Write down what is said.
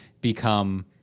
become